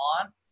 on